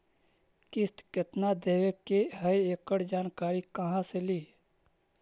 किस्त केत्ना देबे के है एकड़ जानकारी कहा से ली?